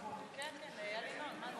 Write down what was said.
מערבבים אותנו.